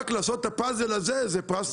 רק לעשות את הפאזל הזה זה פרס